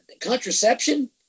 contraception